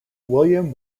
william